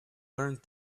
learned